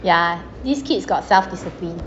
ya these kids got self discipline